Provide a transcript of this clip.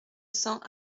cents